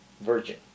virgin